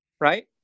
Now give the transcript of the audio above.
Right